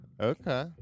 Okay